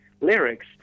lyrics